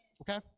Okay